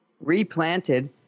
replanted